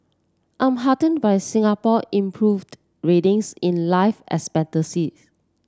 I'm heartened by Singapore improved ratings in life expectancy